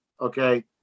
Okay